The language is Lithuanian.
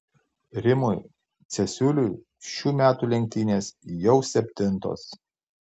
rimui cesiuliui šių metų lenktynės jau septintos